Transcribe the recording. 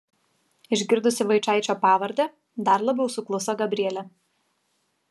išgirdusi vaičaičio pavardę dar labiau sukluso gabrielė